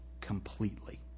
completely